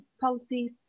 policies